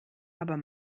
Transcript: aber